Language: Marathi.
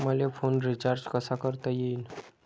मले फोन रिचार्ज कसा करता येईन?